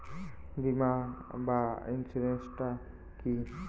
বিমা বা ইন্সুরেন্স টা কি?